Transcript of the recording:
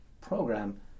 program